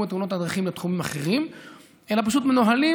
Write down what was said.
תאונות הדרכים לתחומים אחרים אלא הם פשוט מנוהלים